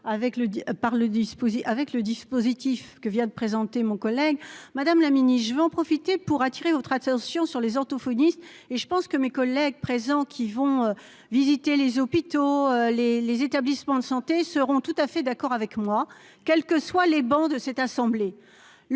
avec le dispositif que vient de présenter mon collègue madame la mini-je vais en profiter pour attirer votre attention sur les orthophonistes et je pense que mes collègues présents qui vont visiter les hôpitaux les les établissements de santé seront tout à fait d'accord avec moi, quelles que soient les bancs de cette assemblée